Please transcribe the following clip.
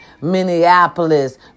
Minneapolis